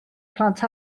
plant